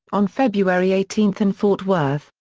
on february eighteen in fort worth,